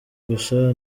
gusa